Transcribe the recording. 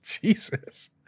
Jesus